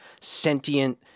sentient